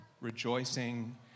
rejoicing